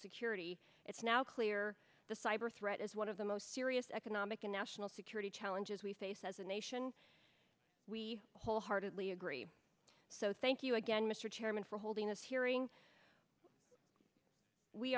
security it's now clear the cyber threat is one of the most serious economic and national security challenges we face as a nation we wholeheartedly agree so thank you again mr chairman for holding this hearing we